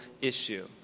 issue